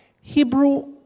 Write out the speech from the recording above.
Hebrew